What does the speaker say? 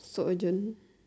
so urgent